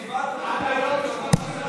איך אפשר להגיד שגבעת התחמושת,